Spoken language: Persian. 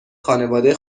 خانواده